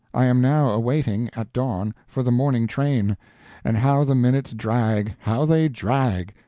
i am now awaiting, at dawn, for the morning train and how the minutes drag, how they drag!